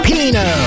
Pino